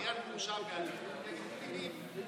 איתך לגמרי,